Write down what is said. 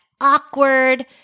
awkward